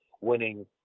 winning